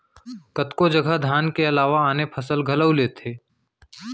कतको जघा धान के अलावा आने फसल घलौ लेथें